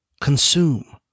consume